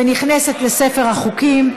ונכנסת לספר החוקים.